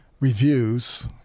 reviews